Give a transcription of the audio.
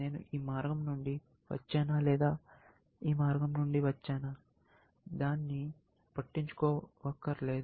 నేను ఈ మార్గం నుండి వచ్చానా లేదా ఈ మార్గం నుండి వచ్చానా దాన్ని పట్టించుకోవక్కర్లేదు